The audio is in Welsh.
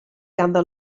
ganddo